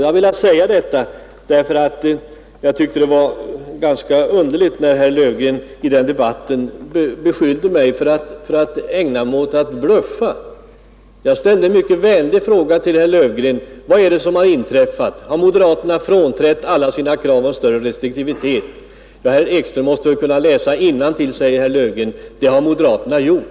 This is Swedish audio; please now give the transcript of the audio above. Jag ville säga detta, ty jag tyckte det var ganska nedslående när herr Löfgren i den debatten beskyllde mig för att ägna mig åt att bluffa. Jag ställde då en mycket vänlig fråga till herr Löfgren: Vad har inträffat? Har moderaterna frånträtt sina krav om större restriktivitet? Ja, herr Ekström måste väl kunna läsa innantill, svarade herr Löfgren, det har moderaterna gjort.